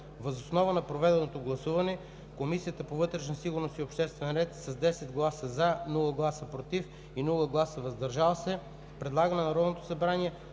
Въз основа на проведеното гласуване Комисията по вътрешна сигурност и обществен ред с 10 гласа „за“, без „против“ и „въздържал се“ предлага на Народното събрание